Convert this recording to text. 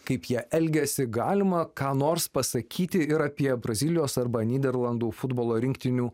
kaip jie elgiasi galima ką nors pasakyti ir apie brazilijos arba nyderlandų futbolo rinktinių